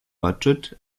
budget